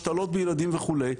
השתלות בילדים וכו',